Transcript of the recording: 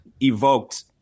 evoked